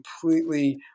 completely